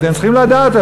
אתם צריכים לדעת,